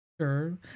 sure